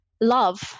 love